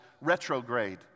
retrograde